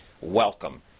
Welcome